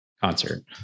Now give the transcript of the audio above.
Concert